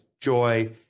joy